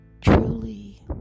truly